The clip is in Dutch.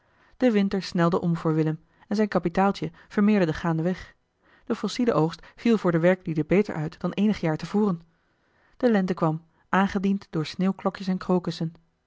de winter snelde om voor willem en zijn kapitaaltje vermeerderde gaandeweg de fossielenoogst viel voor de werklieden beter uit dan eenig jaar te voren de lente kwam aangediend door sneeuwklokjes en